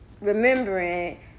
remembering